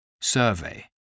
survey